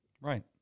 Right